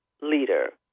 leader